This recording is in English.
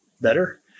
better